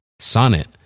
Sonnet